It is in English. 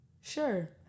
Sure